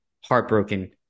heartbroken